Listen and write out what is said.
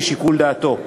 לפי שיקול דעתו.